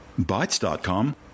Bytes.com